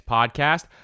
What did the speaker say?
Podcast